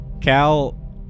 Cal